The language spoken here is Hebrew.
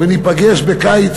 וניפגש בקיץ,